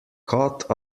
caught